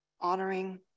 honoring